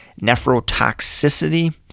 Nephrotoxicity